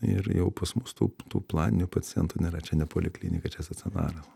ir jau pas mus tų tų planinių pacientų nėra čia ne poliklinika čia stacionaras